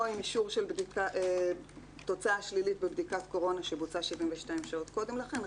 או עם אישור של תוצאה שלילית בבדיקת קורונה שבוצעה 72 שעות קודם לכן,